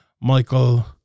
michael